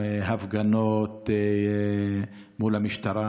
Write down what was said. הפגנות מול המשטרה,